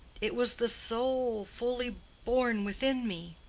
it was the soul fully born within me,